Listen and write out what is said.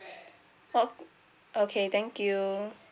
ok~ okay thank you